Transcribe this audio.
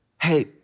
hey